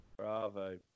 Bravo